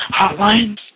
hotlines